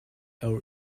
our